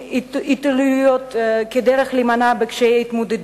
התעללויות כדרך להימנע מקשיי התמודדות,